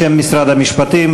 בשם משרד המשפטים.